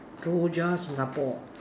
Rojak Singapore